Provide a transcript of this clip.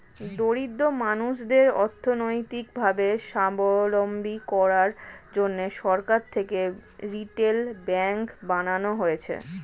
দরিদ্র মানুষদের অর্থনৈতিক ভাবে সাবলম্বী করার জন্যে সরকার থেকে রিটেল ব্যাঙ্ক বানানো হয়েছে